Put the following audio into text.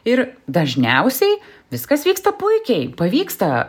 ir dažniausiai viskas vyksta puikiai pavyksta